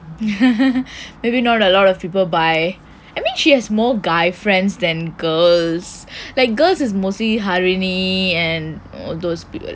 maybe not a lot of people buy I mean she has more guy friends than girls like girls is mostly harini and all those people